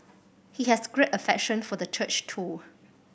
he has great affection for the church too